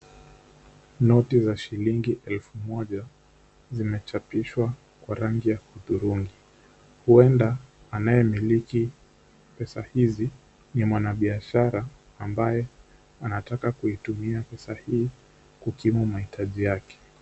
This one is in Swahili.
Noti za shilingi elfu moja zimechapishwa kwa rangi ya hudhurungi. Huenda, anayemiliki pesa hizi ni mwanabaishara, ambaye anataka kutumia pesa hizi kutimu mahitaji yake.